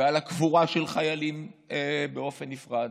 ועל הגבורה של חיילים באופן נפרד,